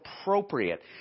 appropriate